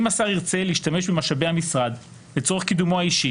אם שר ירצה להשתמש במשאבי המשרד לצורך קידומו האישי